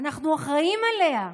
אנחנו אחראים עליה.